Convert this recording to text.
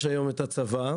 יש היום את הצבא,